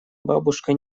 бабушка